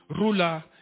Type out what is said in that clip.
ruler